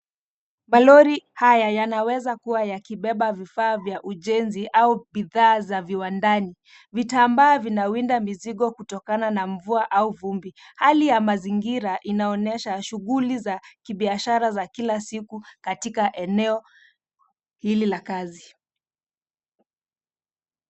Malori haya yanaweza kuwa yakibeba vifaa vya ujenzi au bidhaa za viwandani. Vitambaa vinawinda mizigo kutokana na mvua au vumbi. Hali ya mazingira inaonesha shughuli za kibiashara za kila siku katika eneo hili la kazi.